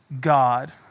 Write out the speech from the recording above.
God